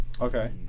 Okay